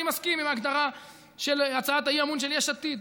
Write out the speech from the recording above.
אני מסכים להגדרה של הצעת האי-אמון של יש עתיד.